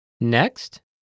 Next